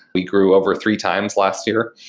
we grew over three times last year.